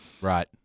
Right